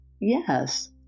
Yes